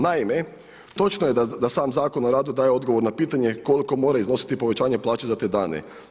Naime, točno je da sam Zakon o radu daje odgovor na pitanje koliko mora iznositi povećanje plaće za te dane.